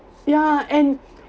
ya and